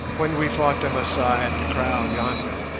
when we fought the masai at the kraal yonder,